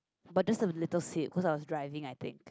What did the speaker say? but just a little sip cause I was driving I think